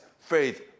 Faith